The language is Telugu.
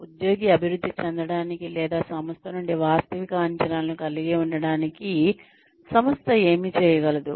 ఉద్యోగి అభివృద్ధి చెందడానికి లేదా సంస్థ నుండి వాస్తవిక అంచనాలను కలిగి ఉండటానికి సంస్థ ఏమి చేయగలదు